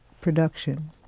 production